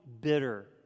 bitter